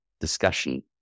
discussion